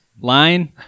Line